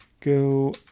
go